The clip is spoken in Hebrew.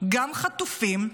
גם חטופים,